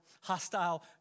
hostile